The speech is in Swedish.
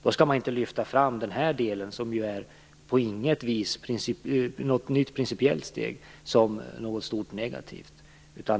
Då skall man inte lyfta fram den här delen, som ju på inget vis är något nytt principiellt steg, som något mycket negativt.